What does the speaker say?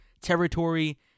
territory